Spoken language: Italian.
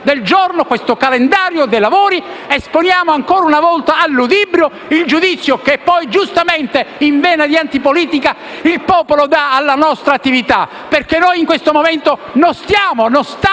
Approvando questo calendario dei lavori, noi esponiamo ancora una volta al ludibrio il giudizio che poi, giustamente, in vena di antipolitica, il popolo dà alla nostra attività perché in questo momento non stiamo (dovrei